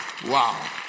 Wow